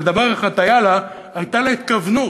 אבל דבר אחד היה לה: הייתה לה התכוונות.